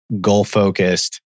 goal-focused